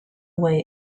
way